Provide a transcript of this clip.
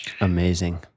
Amazing